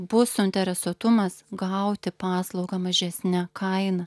buvo suinteresuotumas gauti paslaugą mažesne kaina